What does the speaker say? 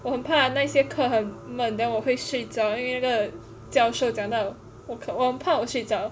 我很怕那些课很闷 then 我会睡着因为那个教授讲到我瞌我很怕我睡着